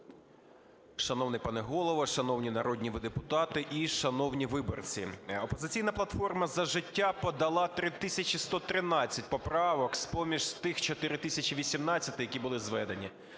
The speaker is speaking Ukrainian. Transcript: Шановний пане Голово, шановні народні депутати і шановні виборці! "Опозиційна платформа - За життя" подала 3 тисячі 113 поправок з-поміж тих 4 тисячі 18-и, які були зведені.